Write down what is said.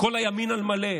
כל הימין על מלא,